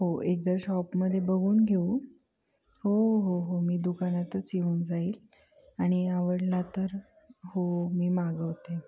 हो एकदा शॉपमध्ये बघून घेऊ हो हो हो मी दुकानातच येऊन जाईल आणि आवडला तर हो मी मागवते